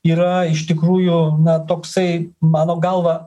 yra iš tikrųjų na toksai mano galva